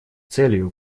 целью